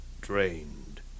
drained